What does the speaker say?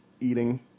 eating